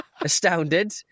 astounded